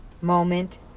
moment